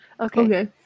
Okay